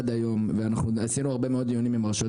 עד היום ואנחנו עשינו הרבה מאוד דיונים עם הרשויות